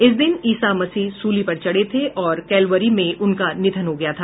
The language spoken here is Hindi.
इस दिन ईसा मसीह सूली पर चढ़े थे और कैलवरी में उनका निधन हो गया था